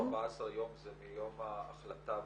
14-5 יום זה מיום ההחלטה בוועדה?